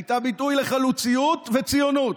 הייתה ביטוי לחלוציות ולציונות,